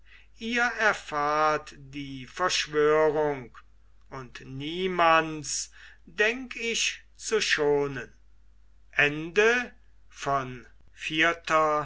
ihr erfahrt die verschwörung und niemands denk ich zu schonen